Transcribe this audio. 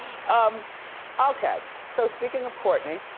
um okay, so speaking of kourtney,